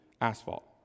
asphalt